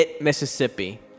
Mississippi